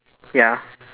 ya